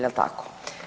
Jel' tako?